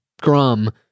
scrum